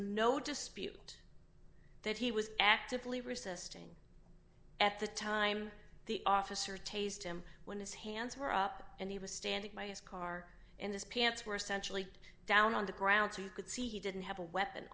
no dispute that he was actively resisting at the time the officer taste him when his hands were up and he was standing by his car and this pants were essentially down on the ground so you could see he didn't have a weapon